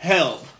Hell